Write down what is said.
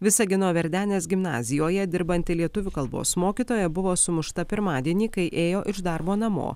visagino verdenės gimnazijoje dirbanti lietuvių kalbos mokytoja buvo sumušta pirmadienį kai ėjo iš darbo namo